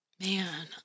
Man